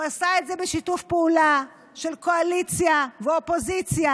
הוא עשה את זה בשיתוף פעולה של קואליציה ואופוזיציה,